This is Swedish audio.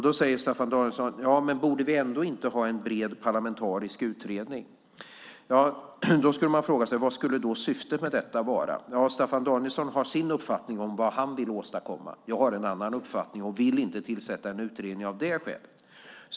Då säger Staffan Danielsson: Borde vi ändå inte ha en bred parlamentarisk utredning? Då skulle man fråga sig: Vad skulle syftet med denna vara? Staffan Danielsson har sin uppfattning om vad han vill åstadkomma. Jag har en annan uppfattning och vill inte tillsätta en utredning av det skälet.